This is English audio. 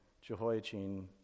Jehoiachin